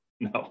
No